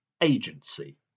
agency